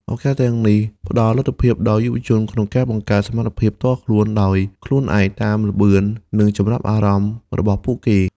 ឱកាសទាំងនេះ ផ្តល់លទ្ធភាពដល់យុវជនក្នុងការបង្កើនសមត្ថភាពផ្ទាល់ខ្លួនដោយខ្លួនឯង តាមល្បឿន និងចំណាប់អារម្មណ៍របស់ពួកគេ។